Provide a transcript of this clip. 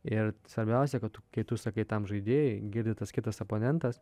ir svarbiausia kad kai tu sakai tam žaidėjui girdi tas kitas oponentas